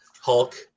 Hulk